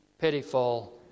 pitiful